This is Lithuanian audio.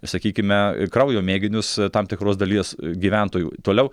sakykime kraujo mėginius tam tikros dalies gyventojų toliau